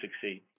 succeed